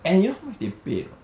and you know how much they pay or not